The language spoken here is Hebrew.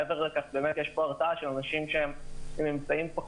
מעבר לכך, יש פה הרתעה של אנשים שאין להם אמצעים.